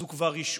זו כבר רשעות.